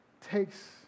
takes